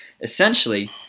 essentially